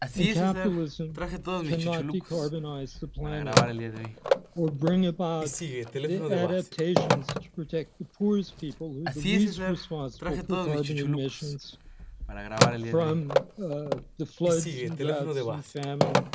and capitalism cannot decarbonize the planet or bring about the adaptations to protect the poorest people who are the least responsible for carbon emissions from the floods and droughts and famine